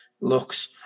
looks